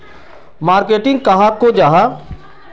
Marketing कहाक को जाहा?